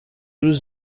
روز